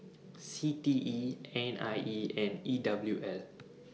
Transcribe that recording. C T E N I E and E W L